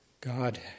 God